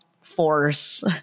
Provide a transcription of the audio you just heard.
force